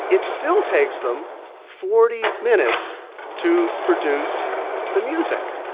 it still takes them forty minutes to produce the music.